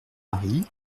mary